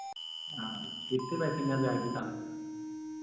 हाँ कितने पैसेंजर जाएंगे साथ में